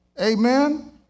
Amen